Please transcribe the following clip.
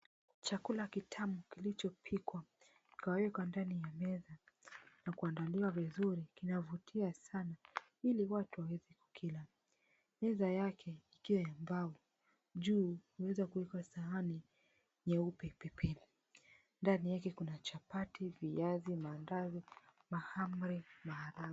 Chakula kitamu kilichopikwa kikawekwa ndani ya meda na kuandaliwa vizuri kinavutia sana ili watu waweze kukila. meza yake ikiwa ya mbauo juu kuweza kuikosa sahani nyeupe pepepe. ndani yake kuna chapati, viazi, mandazi, mahamri na maharagwe.